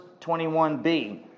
21b